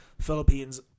Philippines